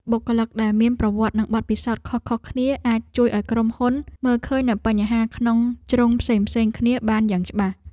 បុគ្គលិកដែលមានប្រវត្តិនិងបទពិសោធន៍ខុសៗគ្នាអាចជួយឱ្យក្រុមហ៊ុនមើលឃើញនូវបញ្ហាក្នុងជ្រុងផ្សេងៗគ្នាបានយ៉ាងច្បាស់។